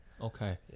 Okay